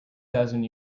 thousand